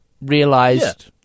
realized